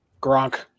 Gronk